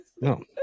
No